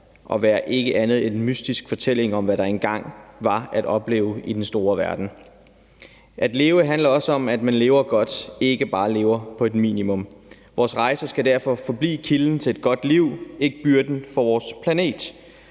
at være andet end en mystisk fortælling om, hvad der engang var at opleve i den store verden. At leve handler også om, at man lever godt, og at man ikke bare lever på et minimum. Vores rejser skal derfor forblive kilden til et godt liv og ikke byrden for vores planet,